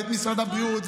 ואת משרד הבריאות,